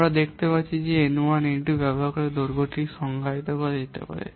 আমরা দেখতে পাচ্ছি যে এই N 1 এবং N 2 ব্যবহার করে দৈর্ঘ্যটি সংজ্ঞায়িত করা যেতে পারে